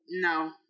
No